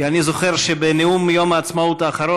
כי אני זוכר שבנאום יום העצמאות האחרון